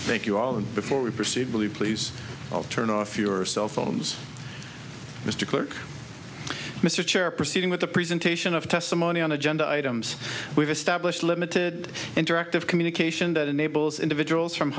thank you all and before we proceed believe please turn off your cell phones mr kirk mr chair proceeding with the presentation of testimony on agenda items we've established a limited interactive communication that enables individuals from